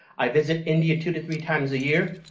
i visit india two to three times a year.